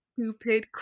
stupid